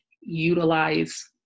utilize